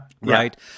Right